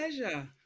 pleasure